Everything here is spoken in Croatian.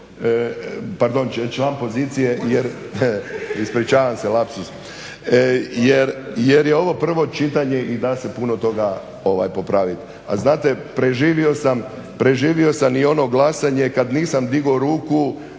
pardon član pozicije, ispričavam se lapsus, jer je ovo prvo čitanje i da se puno toga popraviti. A znate, preživio sam i ono glasanje kad nisam digao ruku